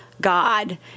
God